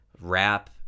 rap